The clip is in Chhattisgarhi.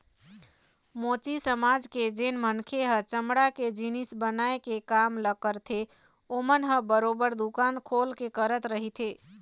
मोची समाज के जेन मनखे ह चमड़ा के जिनिस बनाए के काम ल करथे ओमन ह बरोबर दुकान खोल के करत रहिथे